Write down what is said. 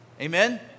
Amen